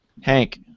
Hank